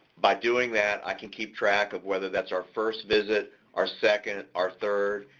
by doing that, i can keep track of whether that's our first visit, our second, our third,